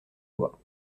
loi